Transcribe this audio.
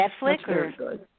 Netflix